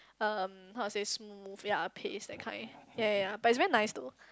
um how to say smooth ya a paste that kind ya ya ya but it's very nice though